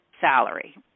salary